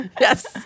Yes